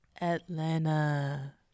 Atlanta